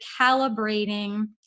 calibrating